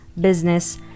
business